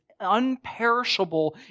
unperishable